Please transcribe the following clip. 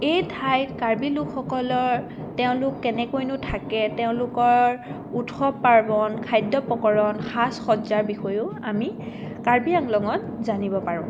এই ঠাইত কাৰ্বি লোকসকলৰ তেওঁলোক কেনেকৈনো থাকে তেওঁলোকৰ উৎসৱ পাৰ্বণ খাদ্য প্ৰকৰণ সাজ সজ্জাৰ বিষয়েও আমি কাৰ্বি আংলঙত জানিব পাৰোঁ